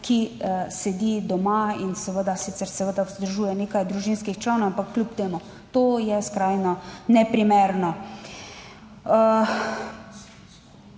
ki sedi doma in seveda sicer seveda vzdržuje nekaj družinskih članov, ampak kljub temu. To je skrajno neprimerno.